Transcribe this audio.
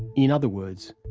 in other words,